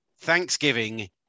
Thanksgiving